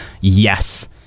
yes